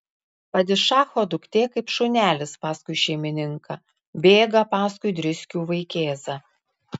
padišacho duktė kaip šunelis paskui šeimininką bėga paskui driskių vaikėzą